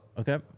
Okay